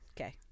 Okay